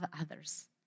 others